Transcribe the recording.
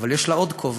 אבל יש לה עוד כובע,